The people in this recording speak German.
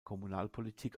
kommunalpolitik